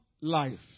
life